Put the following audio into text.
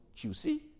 QC